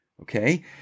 Okay